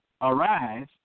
arise